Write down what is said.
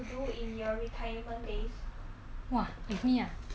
I already planned out already I'll have my own garden